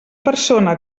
persona